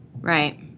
Right